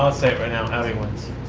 ah i'll say it right now, audi wins.